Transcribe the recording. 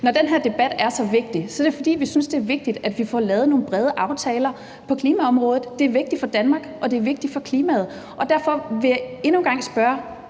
Når den her debat er så vigtig, er det, fordi vi synes, det er vigtigt, at vi får lavet nogle brede aftaler på klimaområdet. Det er vigtigt for Danmark, og det er vigtigt for klimaet. Og derfor vil jeg endnu en gang spørge: